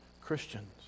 Christians